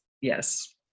Yes